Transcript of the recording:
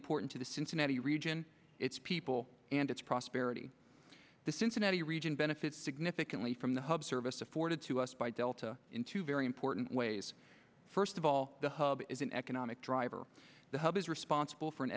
important to the cincinnati region its people and its prosperity the cincinnati region benefits significantly from the hub service afforded to us by delta in two very important ways first of all the hub is an economic driver the hub is responsible for an